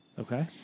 Okay